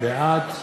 בעד